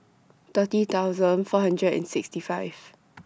thirty thousand four hundred and sixty five